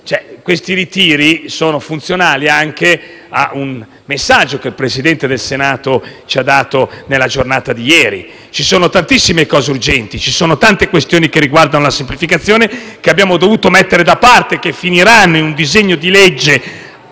ci capiamo), è funzionale al messaggio che il Presidente del Senato ci ha dato nella giornata di ieri. Ci sono tantissimi interventi urgenti, tante questioni che riguardano la semplificazione, che abbiamo dovuto mettere da parte e che finiranno in un disegno di legge